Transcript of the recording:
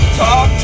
talk